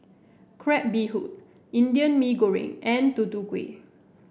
Crab Bee Hoon Indian Mee Goreng and Tutu Kueh